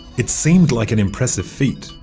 it seemed like an impressive feat,